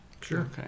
Sure